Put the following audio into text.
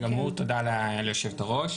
תודה ליו"ר.